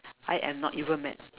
I am not even mad